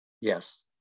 Yes